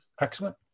Excellent